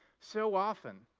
so often,